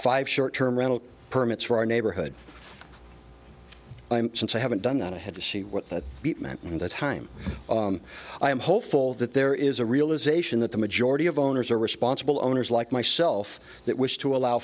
five short term rental permits for our neighborhood since i haven't done that i had to see what that meant in that time i am hopeful that there is a realization that the majority of owners are responsible owners like myself that wish to allow